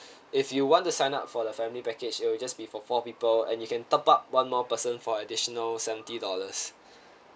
if you want to sign up for the family package it'll just be for four people and you can top up one more person for additional seventy dollars